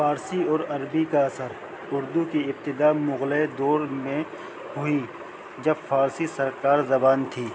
فارسی اور عربی کا اثر اردو کی ابتدا مغلۂ دور میں ہوئی جب فارسی سرکار زبان تھی